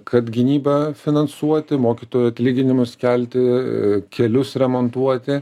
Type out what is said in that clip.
kad gynybą finansuoti mokytojų atlyginimus kelti kelius remontuoti